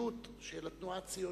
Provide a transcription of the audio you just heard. המוסריות של התנועה הציונית,